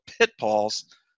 pitfalls